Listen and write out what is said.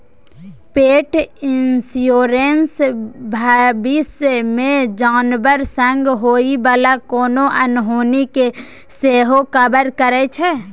पेट इन्स्योरेन्स भबिस मे जानबर संग होइ बला कोनो अनहोनी केँ सेहो कवर करै छै